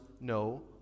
no